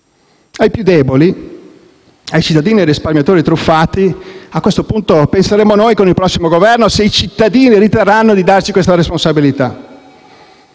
Ai più deboli, ai cittadini e ai risparmiatori truffati, a questo punto penseremo noi con il prossimo Governo, se i cittadini riterranno di darci questa responsabilità.